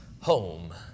home